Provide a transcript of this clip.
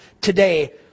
today